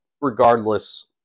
regardless